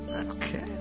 Okay